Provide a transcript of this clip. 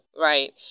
right